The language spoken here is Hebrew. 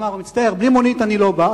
הוא אמר: מצטער, בלי מונית אני לא בא.